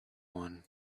one